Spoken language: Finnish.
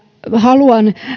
haluan